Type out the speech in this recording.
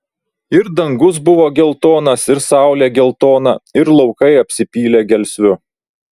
ir dangus buvo geltonas ir saulė geltona ir laukai apsipylė gelsviu